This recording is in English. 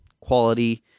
quality